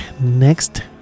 next